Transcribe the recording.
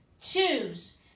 Choose